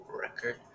record